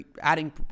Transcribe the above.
adding